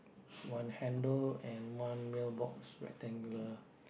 one handle and one mail box rectangular